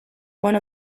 one